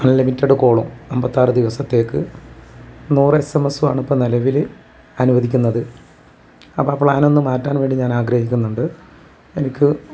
unlimited കോളും അമ്പത്താറ് ദിവസത്തേക്ക് നൂറ് എസ് എം എസ്സും ആണ് ഇപ്പം നിലവിൽ അനുവദിക്കുന്നത് അപ്പം ആ പ്ലാനൊന്ന് മാറ്റാൻ വേണ്ടി ഞാനാഗ്രഹിക്കുന്നുണ്ട് എനിക്ക്